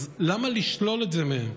אז למה לשלול את זה ממני?